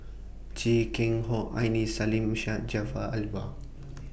Chia Keng Hock Aini Salim Syed Jaafar Albar